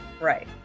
right